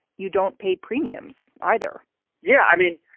you don't pay premiums either yeah, i mean,